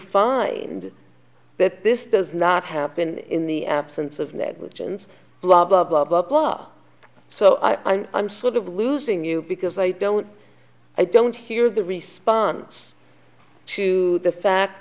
find that this does not have been in the absence of negligence blah blah blah blah blah so i and sort of losing you because i don't i don't hear the response to the fact